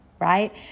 Right